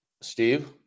Steve